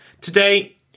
Today